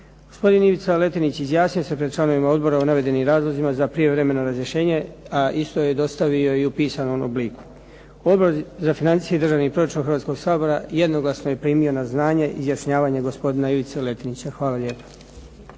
Gospodin Ivica Letinić izjasnio se pred članovima odbora o navedenim razlozima za privremeno razrješenje a isto je dostavio i u pisanom obliku. Odbor za financije i državni proračun Hrvatskoga sabora jednoglasno je primio na znanje izjašnjavanje gospodina Ivice Letinića. Hvala lijepa.